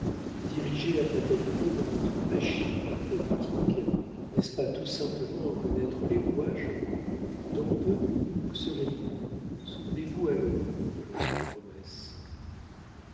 diriger la fatalité dans notre machine politique n'est-ce pas tout simplement en connaître les rouages dans peu vous serez libre souvenez-vous alors de votre promesse